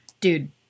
dude